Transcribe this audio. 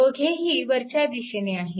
दोघेही वरच्या दिशेने आहेत